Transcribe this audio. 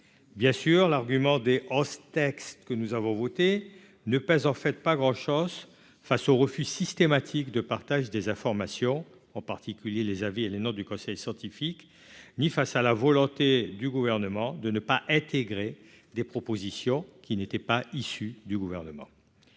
bien sûr, l'argument des hausses, texte que nous avons voté ne pèse en fait pas grand chose face au refus systématique de partage des informations, en particulier les avis et les notes du conseil scientifique ni face à la volonté du gouvernement de ne pas intégrer des propositions qui n'étaient pas issus du gouvernement,